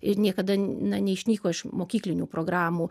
ir niekada na neišnyko iš mokyklinių programų